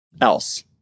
else